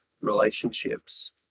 relationships